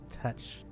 touch